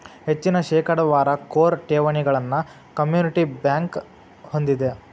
ಹೆಚ್ಚಿನ ಶೇಕಡಾವಾರ ಕೋರ್ ಠೇವಣಿಗಳನ್ನ ಕಮ್ಯುನಿಟಿ ಬ್ಯಂಕ್ ಹೊಂದೆದ